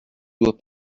dois